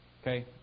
Okay